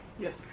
Yes